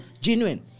genuine